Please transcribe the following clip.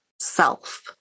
self